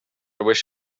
wish